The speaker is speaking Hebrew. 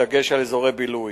בדגש על אזורי בילוי,